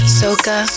soca